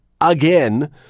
again